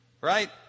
right